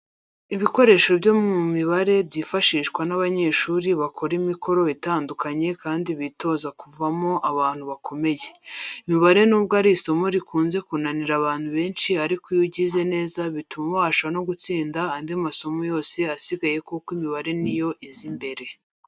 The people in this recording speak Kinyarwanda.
Ibikoresho byo mu mibare byifashishwa n'abanyeshuri bakora imikoro itandikanye kandi bitoza kuzavamo abantu bakomeye. Imibare nubwo ari isomo rikunze kunanira abantu benshi ariko iyo uryize neza bituma ubasha no gutsinda andi masomo yose asigaye kuko imibare niyo iza imbere.